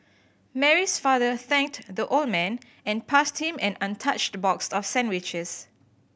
Mary's father thanked the old man and passed him an untouched box of sandwiches